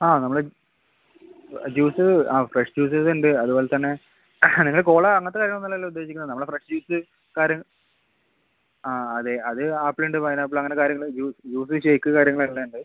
ആ നമ്മൾ ജ്യൂസ് ആ ഫ്രഷ് ജ്യൂസസ് ഉണ്ട് അതുപോലത്തന്നെ നിങ്ങൾ കോള അങ്ങനത്ത കാര്യങ്ങൾ ഒന്നും അല്ലല്ലോ ഉദ്ദേശിക്കുന്നത് നമ്മുടെ ഫ്രഷ് ജ്യൂസ് കാര്യം ആ അതെ അത് ആപ്പിൾ ഉണ്ട് പൈൻ ആപ്പിൾ അങ്ങനെ കാര്യങ്ങൾ ജ്യൂസ് ഷേക്ക് കാര്യങ്ങൾ എല്ലാം ഉണ്ട്